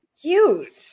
cute